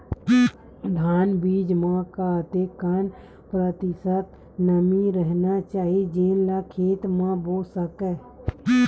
धान बीज म कतेक प्रतिशत नमी रहना चाही जेन ला खेत म बो सके?